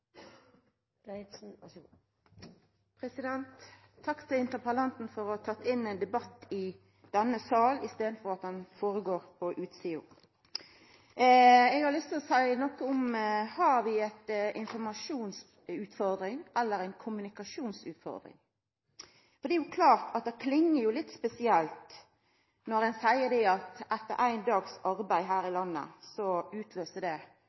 Takk til interpellanten for å ha teke debatten inn i denne salen i staden for at han går føre seg på utsida. Det eg har lyst til å seia noko om, er: Har vi ei informasjonsutfordring, eller har vi ei kommunikasjonsutfordring? For det er klart at det kling jo litt spesielt når ein seier at éin dag med arbeid her i